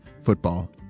football